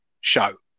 show